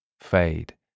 fade